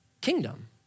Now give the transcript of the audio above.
kingdom